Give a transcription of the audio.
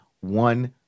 one